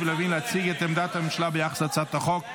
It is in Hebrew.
לוין להציג את עמדת הממשלה ביחס להצעת החוק.